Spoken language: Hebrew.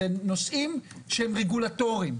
לנושאים שהם רגולטוריים,